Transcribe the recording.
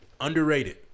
Underrated